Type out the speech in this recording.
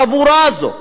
החבורה הזאת,